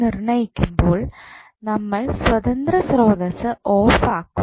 നിർണ്ണയിക്കുമ്പോൾ നമ്മൾ സ്വതന്ത്ര സ്രോതസ്സ് ഓഫ് ആക്കും